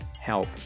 help